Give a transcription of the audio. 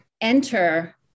enter